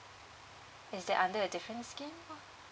is that under a different scheme